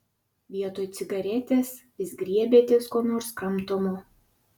vietoj cigaretės vis griebiatės ko nors kramtomo